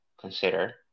consider